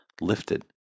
lifted